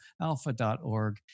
alpha.org